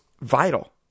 vital